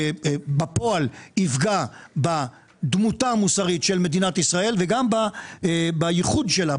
ובפועל יפגע בדמותה המוסרית של מדינת ישראל וגם בייחוד שלה,